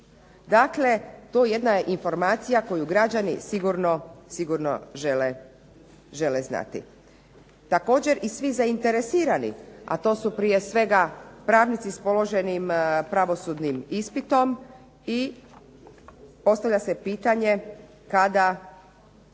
Dakle, to je jedna informacija koju građani sigurno žele znati. Također i svi zainteresirani a to su prije svega pravnici s položenim pravosudnim ispitom i postavlja se pitanje kako